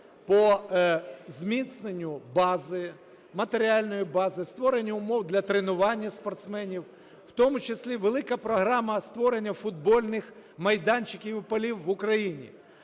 по зміцненню бази, матеріальної бази, створенню умов для тренування спортсменів, в тому числі велика програма створення футбольних майданчиків і полів в Україні.